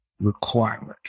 requirement